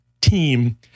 team